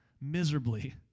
miserably